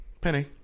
Penny